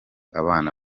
abana